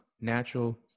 natural